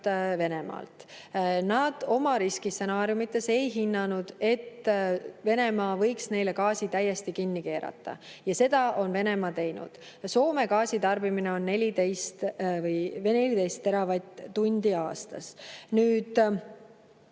Venemaalt. Nad oma riskistsenaariumides ei hinnanud, et Venemaa võiks neile gaasi täiesti kinni keerata, ja seda on Venemaa teinud. Soome gaasitarbimine on 14 teravatt-tundi aastas. Eestil